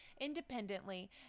independently